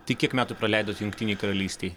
tai kiek metų praleidot jungtinėj karalystėj